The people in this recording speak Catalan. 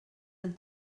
del